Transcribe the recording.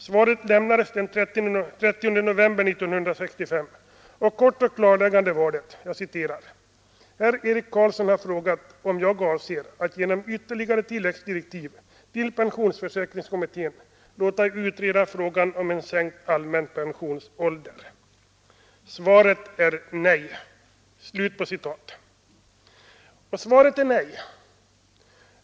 Svaret lämnades den 30 november 1965, och kort och klarläggande var det: ”Herr Eric Carlsson har frågat om jag avser att genom ytterligare tilläggsdirektiv till pensionsförsäkringskommittén låta utreda frågan om en sänkt allmän pensionsålder. Svaret är nej.” Svaret är nej.